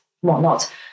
whatnot